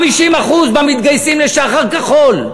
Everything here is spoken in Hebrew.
50% במתגייסים לשח"ר כחול,